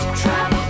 trap